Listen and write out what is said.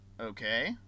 Okay